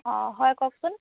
অঁ হয় কওকচোন